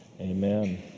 Amen